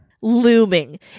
Looming